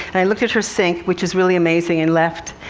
and i looked at her sink, which is really amazing, and left.